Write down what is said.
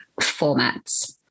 formats